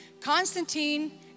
Constantine